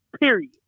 Period